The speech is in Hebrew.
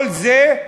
כל זה,